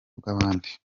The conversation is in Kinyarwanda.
bw’abandi